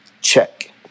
Check